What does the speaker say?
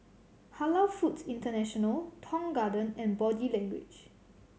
Halal Foods International Tong Garden and Body Language